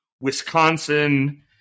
Wisconsin